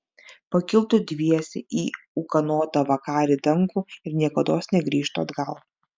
pakiltų dviese į ūkanotą vakarį dangų ir niekados negrįžtų atgal